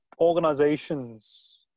organizations